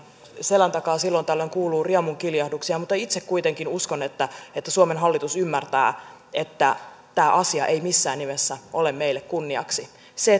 selän takaa silloin tällöin kuuluu riemunkiljahduksia mutta itse kuitenkin uskon että että suomen hallitus ymmärtää että tämä asia ei missään nimessä ole meille kunniaksi se